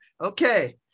Okay